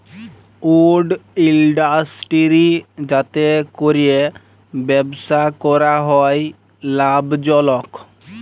would industry যাতে ক্যরে ব্যবসা ক্যরা হ্যয় লাভজলক